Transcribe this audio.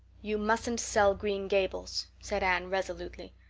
you mustn't sell green gables, said anne resolutely.